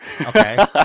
Okay